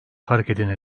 hareketine